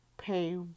pay